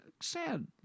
sad